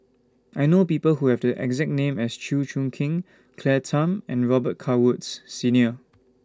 I know People Who Have The exact name as Chew Choo Keng Claire Tham and Robet Carr Woods Senior